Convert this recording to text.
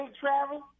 travel